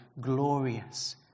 glorious